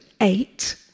eight